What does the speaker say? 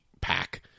pack